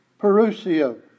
Perusio